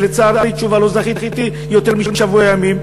ולצערי לא זכיתי לתשובה יותר משבוע ימים,